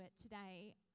today